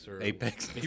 Apex